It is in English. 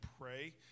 pray